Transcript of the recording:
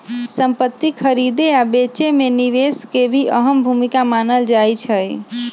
संपति खरीदे आ बेचे मे निवेश के भी अहम भूमिका मानल जाई छई